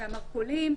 והמרכולים,